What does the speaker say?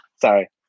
Sorry